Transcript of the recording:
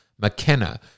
McKenna